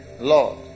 Lord